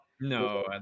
No